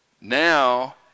Now